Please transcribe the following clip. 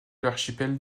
l’archipel